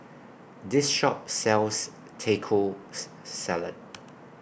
This Shop sells Tacos Salad